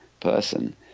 person